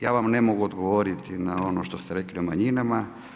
Ja vam ne mogu odgovoriti na ono što ste rekli o manjinama.